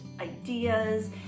ideas